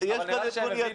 רם שפע